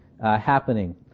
happening